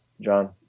John